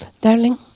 darling